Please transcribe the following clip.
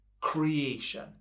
creation